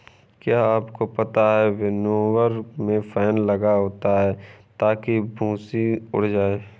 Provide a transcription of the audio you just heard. क्या आपको पता है विनोवर में फैन लगा होता है ताकि भूंसी उड़ जाए?